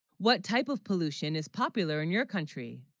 what type of pollution is popular in your country?